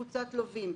לווים.